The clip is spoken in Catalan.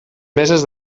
meses